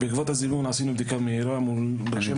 בעקבות הזימון עשינו בדיקה מהירה --- היושב-ראש,